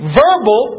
verbal